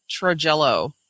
Trojello